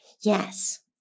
Yes